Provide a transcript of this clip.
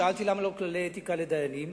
שאלתי למה לא כללי אתיקה לדיינים.